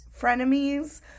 frenemies